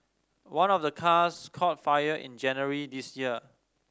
one of the cars caught fire in January this year